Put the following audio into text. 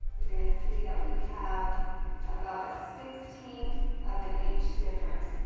we're gonna see that we have about a sixteenth of an inch difference.